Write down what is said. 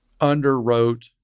underwrote